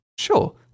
Sure